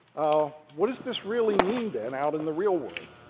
ah what is this really mean then out in the real world?